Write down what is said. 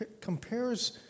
compares